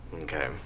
Okay